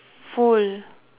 full